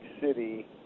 City